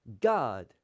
God